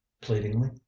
pleadingly